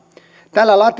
tällä